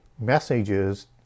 messages